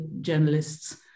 journalists